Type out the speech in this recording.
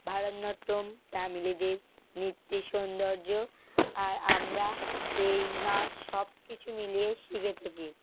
ভারতনাট্যম তামিলদের নৃত্যে সৌন্দর্য আর আমরা এই নাচ সব কিছু মিলিয়ে শিখে থাকি